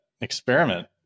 experiment